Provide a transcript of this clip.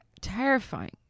terrifying